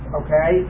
okay